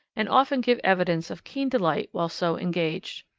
and often give evidence of keen delight while so engaged.